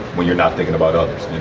when you're not thinking about others